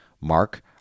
Mark